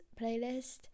playlist